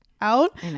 out